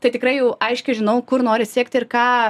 tai tikrai jau aiškiai žinau kur noriu siekti ir ką